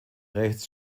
rechts